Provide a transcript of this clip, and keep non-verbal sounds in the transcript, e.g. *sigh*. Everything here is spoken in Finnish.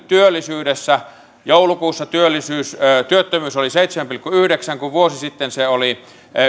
*unintelligible* työllisyydessä joulukuussa työttömyys oli seitsemän pilkku yhdeksän kun vuosi sitten se oli